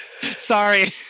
Sorry